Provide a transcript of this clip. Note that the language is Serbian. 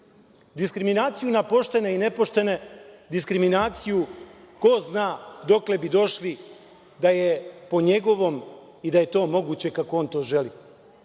diskriminaciju. Diskriminaciju na poštene i nepoštene, diskriminaciju ko zna dokle bi došli da je po njegovom i da je to moguće kako on to želi.